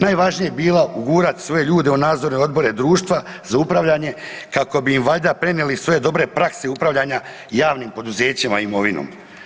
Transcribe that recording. Najvažnije je bilo ugurat svoje ljude u nadzorne odbore društva za upravljanje kako bi im valjda prenijeli svoje dobre prakse upravljanja javnim poduzećima i imovinom.